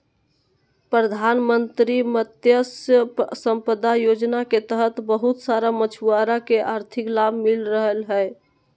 प्रधानमंत्री मत्स्य संपदा योजना के तहत बहुत सारा मछुआरा के आर्थिक लाभ मिल रहलय हें